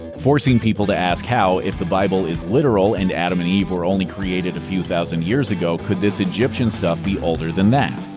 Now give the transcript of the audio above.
forcing people to ask how, if the bible is literal and adam and eve were only created a few thousand years ago, could this egyptian stuff be older than that?